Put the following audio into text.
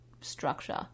structure